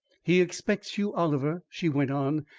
he expects you, oliver, she went on,